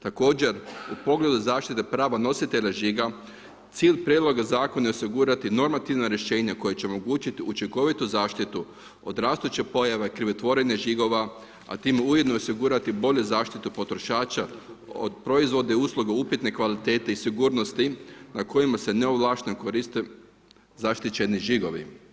Također u pogledu zaštite prava nositelja žiga cilj Prijedloga zakona je osigurati normativna rješenja koja će omogućiti učinkovitu zaštitu od rastuće pojave krivotvorenja žigova, a time ujedno i osigurati bolju zaštitu potrošača od proizvoda i usluga upitne kvalitete i sigurnosti na kojima se neovlašteno koriste zaštićeni žigovi.